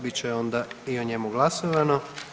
Bit će onda i o njemu glasovano.